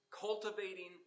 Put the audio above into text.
cultivating